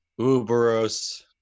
uberos